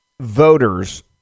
voters